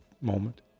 moment